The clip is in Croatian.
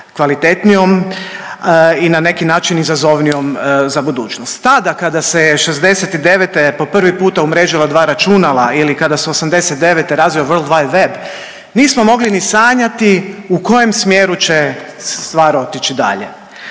i na neki način izazovnijom za budućnost. Tada kada se '69. po prvi puta umrežila dva računala ili kada se '89. razvio World Wide Web nismo mogli ni sanjati u kojem smjeru će stvar otići dalje.